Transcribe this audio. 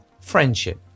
friendship